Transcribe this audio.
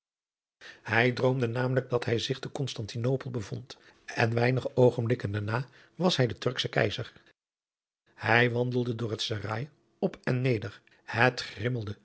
hij droomde namelijk dat hij zich te konstantinopel bevond en weinige oogenblikken daarna was hij de turksche keizer hij wandelde door het serail op en neder het